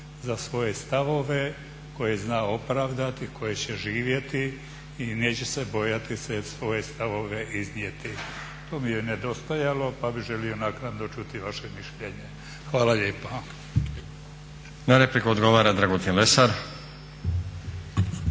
za svoje stavove koje zna opravdati koje će živjeti i neće se bojati te svoje stavove iznijeti. To mi je nedostajalo pa bi želio naknadno čuti vaše mišljenje. Hvala lijepa. **Stazić, Nenad (SDP)** Na repliku odgovara Dragutin Lesar.